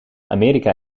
amerika